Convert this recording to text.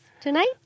tonight